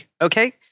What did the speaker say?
okay